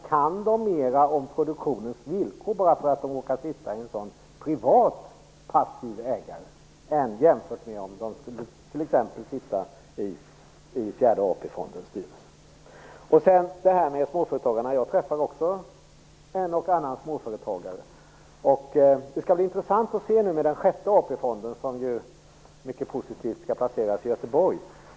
Kan de mera om produktionens villkor bara för att de råkar sitta som en sådan privat passiv ägare än om de t.ex. skulle sitta i fjärde Jag träffar också en och annan småföretagare. Det skall bli mycket intressant när den sjätte AP-fonden placeras i Göteborg, vilket är mycket positivt.